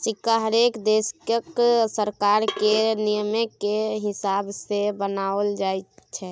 सिक्का हरेक देशक सरकार केर नियमकेँ हिसाब सँ बनाओल जाइत छै